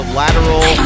lateral